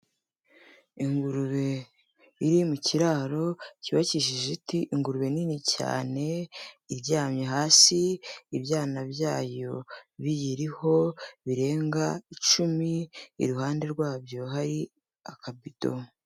Ingurube iri mu kiraro, cyubakishije ibiti, ingurube nini cyane, iryamye hasi, ibyana byayo biyiriho, birenga icumi, iruhande rwabyo hari akabido.